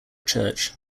church